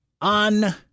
On